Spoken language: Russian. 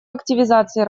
активизации